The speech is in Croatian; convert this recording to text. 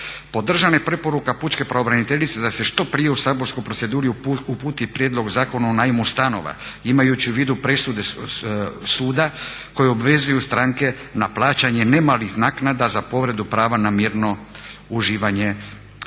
ne razumije./… pučke pravobraniteljice da se što prije u saborsku proceduru uputi prijedlog Zakona o najmu stanova, imajući u vidu presude suda koje obvezuju stranke na plaćanje ne malih naknada za povredu prava na mirno uživanje vlasništva.